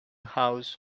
house